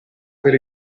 per